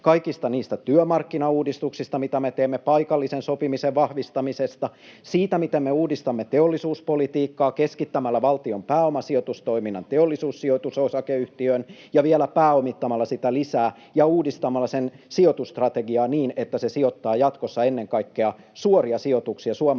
kaikista niistä työmarkkinauudistuksista, mitä me teemme, paikallisen sopimisen vahvistamisesta, siitä, miten me uudistamme teollisuuspolitiikkaa keskittämällä valtion pääomasijoitustoiminnan Teollisuussijoitus Oy:hyn ja vielä pääomittamalla sitä lisää ja uudistamalla sen sijoitusstrategiaa niin, että se sijoittaa jatkossa ennen kaikkea suoria sijoituksia suomalaisiin